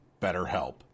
BetterHelp